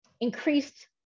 increased